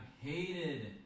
hated